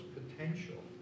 potential